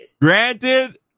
Granted